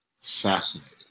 Fascinating